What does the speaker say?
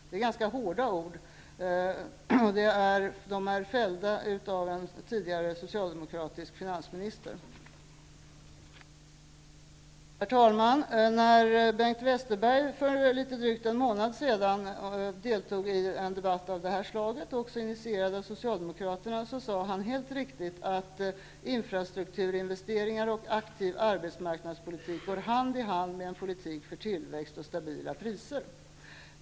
Det är ganska hårda ord fällda av en tidigare socialdemokratisk finansminister. När Bengt Westerberg för litet drygt en månad sedan deltog i en debatt av det här slaget, även den initierad av Socialdemokraterna, sade han helt riktigt: ''Infrastrukturinvesteringar och aktiv arbetsmarknadspolitik går hand i hand med en politik för tillväxt och stabila priser.''